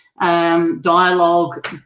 dialogue